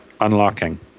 Unlocking